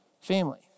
family